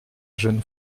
jeune